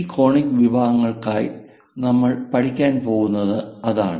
ഈ കോണിക്ക് വിഭാഗങ്ങൾക്കായി നമ്മൾ പഠിക്കാൻ പോകുന്നത് അതാണ്